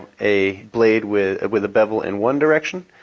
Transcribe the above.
a blade with with a bevel in one direction,